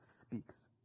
speaks